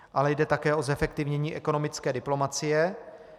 Ale jde také o zefektivnění ekonomické diplomacie.